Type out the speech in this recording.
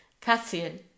Cassian